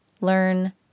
learn